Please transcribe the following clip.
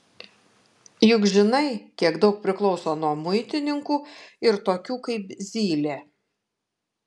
juk žinai kiek daug priklauso nuo muitininkų ir tokių kaip zylė